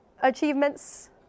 achievements